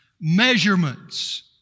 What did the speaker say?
measurements